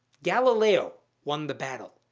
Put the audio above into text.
galileo won the battle.